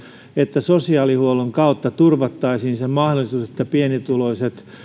että sosiaalihuollon kautta turvattaisiin se mahdollisuus että pienituloiset